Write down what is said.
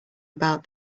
about